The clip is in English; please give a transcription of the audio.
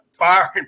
firing